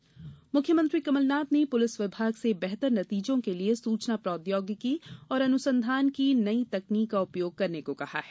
police बैठक मुख्यमंत्री कमलनाथ ने पूलिस विभाग से बेहतर नतीजों के लिए सूचना प्रौद्योगिकी और अनुसंधान की नई तकनीक का उपयोग करने को कहा है